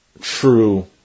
true